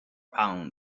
pound